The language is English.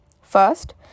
First